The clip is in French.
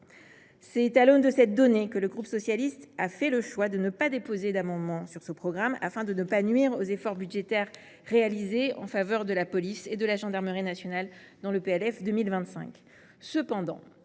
C’est à l’aune de cette donnée que le groupe SER a fait le choix de ne pas déposer d’amendements sur ce programme afin de ne pas nuire aux efforts budgétaires consentis en faveur de la police et de la gendarmerie nationales dans le projet